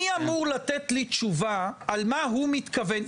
מי אמור לתת לי תשובה על מה הוא מתכוון?